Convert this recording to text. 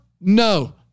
no